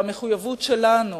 והמחויבות שלנו